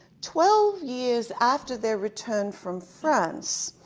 twelve year after their return from france,